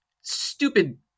stupid